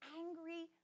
angry